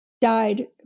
died